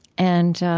and